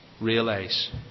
realise